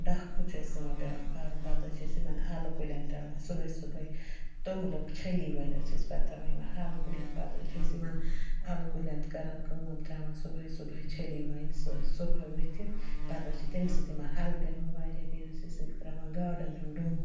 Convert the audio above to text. ڈَکھ حٕظ چھُ اسہِ یِمن پٮ۪وان کَرُن پتہٕ حٕظ چھِ یِمن اَلہٕ کُلٮ۪ن ترٛاوان صُبحٲے صُبحٲے توملُک چھٮ۪لی ؤنۍ حٕظ چھِ پَتہٕ أسۍ یِمن ترٛاوان یِمن اَلہٕ کُلٮ۪ن پتہٕ حٕظ چھِ أسۍ یِمن الہٕ کُلٮ۪ن کَران کٲم ترٛاوان صُبحٲے صُبحٲے چھٮ۪لی وٲنۍ صُبحٲے وٕتھتھ پتہٕ حٕظ چھِ تَمہِ سۭتۍ یِمَن اَلہٕ پٮ۪وان واریاہ بیٚیہِ حٕظ چھِ ترٛاوان گاڈَن ہُِنٛد ڈوٚم